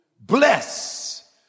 bless